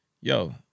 yo